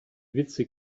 witze